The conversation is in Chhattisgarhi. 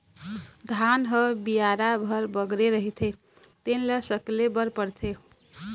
धान ह बियारा भर बगरे रहिथे तेन ल सकेले बर परथे